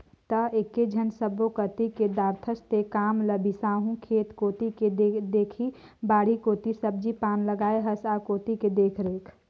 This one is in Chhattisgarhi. त एकेझन सब्बो कति कर दारथस तें काम ल बिसाहू खेत कोती के देखही बाड़ी कोती सब्जी पान लगाय हस आ कोती के देखरेख